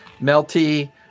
melty